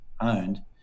owned